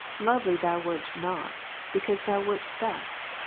lovely thou wert not, because thou wert theft.